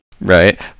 right